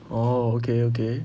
orh okay